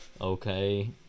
Okay